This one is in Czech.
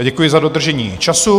Děkuji za dodržení času.